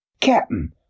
Captain